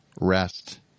rest